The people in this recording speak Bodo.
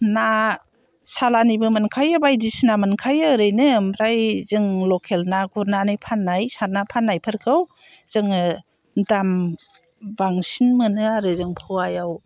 ना सालाननिबो मोनखायो बायदिसिना मोनखायो ओरैनो ओमफ्राय जों लकेल ना गुरनानै फाननाय सारनानै फाननायफोरखौ जोङो दाम बांसिन मोनो आरो जों फवायाव